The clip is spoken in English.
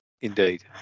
Indeed